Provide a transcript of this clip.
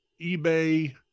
eBay